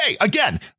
Again